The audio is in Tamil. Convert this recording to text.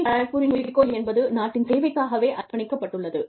IIT கரக்பூரின் குறிக்கோள் என்பது நாட்டின் சேவைக்காகவே அர்ப்பணிக்கப்பட்டுள்ளது